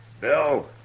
Bill